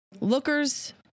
lookers